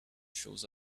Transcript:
shows